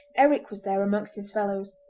eric was there amongst his fellows.